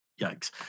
Yikes